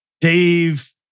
Dave